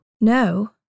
No